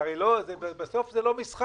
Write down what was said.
זה הרי בסוף זה לא משחק.